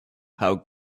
how